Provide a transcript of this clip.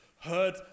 heard